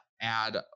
add